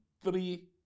three